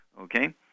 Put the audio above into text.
Okay